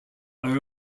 are